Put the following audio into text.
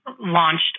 launched